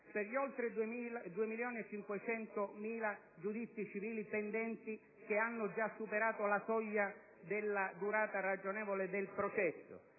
per gli oltre 2.500.000 giudizi civili pendenti che hanno già superato la soglia della durata ragionevole del processo